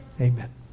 amen